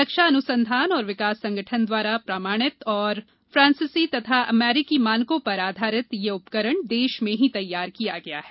रक्षा अन्संधान और विकास संगठन द्वारा प्रमामाणित और फ्रांसीसी तथा अमरीकी मानकों पर आधारित यह उपकरण देश में ही तैयार किया गया है